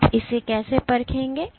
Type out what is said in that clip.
तो आप इसे कैसे परखेंगे